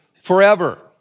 forever